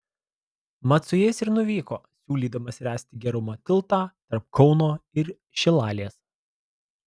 mat su jais ir nuvyko siūlydamas ręsti gerumo tiltą tarp kauno ir šilalės